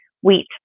wheat